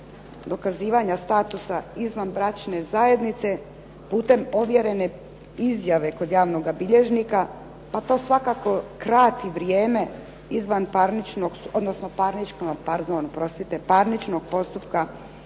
dokazivanja statusa izvanbračne zajednice putem ovjerene izjave kod javnog bilježnica, pa to svakako krati vrijeme parničnog postupka